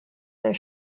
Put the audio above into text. their